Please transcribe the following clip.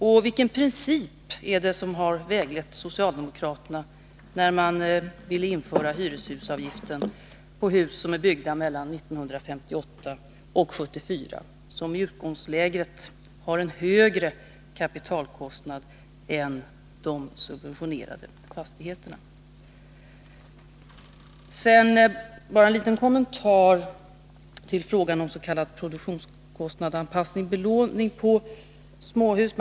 Och vilken princip är det som har väglett socialdemokraterna när de vill införa hyreshusavgiften för hus som är byggda mellan 1958 och 1974, som i utgångsläget har en högre kapitalkostnad än de subventionerade fastigheterna? Sedan bara en liten kommentar till frågan om s.k. produktionskostnadsbelåning på småhus.